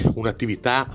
un'attività